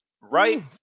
right